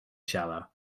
shallow